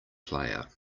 player